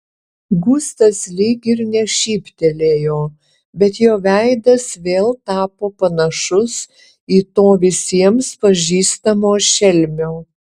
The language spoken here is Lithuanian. gustas lyg ir nešyptelėjo bet jo veidas vėl tapo panašus į to visiems pažįstamo šelmio